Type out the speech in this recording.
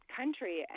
country